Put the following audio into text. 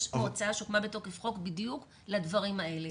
יש מועצה שהוקמה בתוקף חוק בדיוק לדברים האלה.